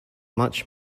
much